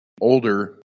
older